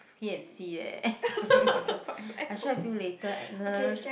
P and C eh actually I feel later Agnes